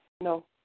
No